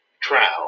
trial